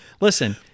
listen